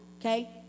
okay